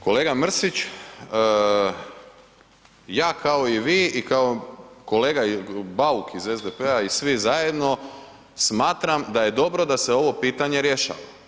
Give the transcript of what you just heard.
Kolega Mrsić, ja kao i vi i kao kolega Bauk iz SDP-a i svi zajedno, smatram da je dobro da se ovo pitanje rješava.